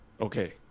okay